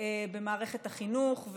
במערכת החינוך,